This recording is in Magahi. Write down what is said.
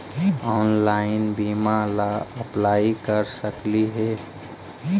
ऑनलाइन बीमा ला अप्लाई कर सकली हे?